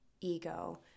ego